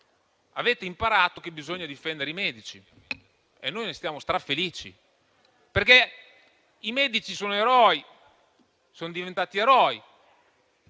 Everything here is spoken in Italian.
avete imparato che bisogna difendere i medici e noi ne siamo strafelici, perché i medici sono diventati eroi,